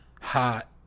hot